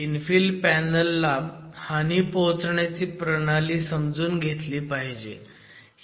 infill पॅनलला हानी पोहोचण्याची प्रणाली समजून घेतली पाहिजे